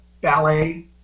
ballet